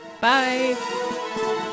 Bye